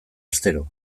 astero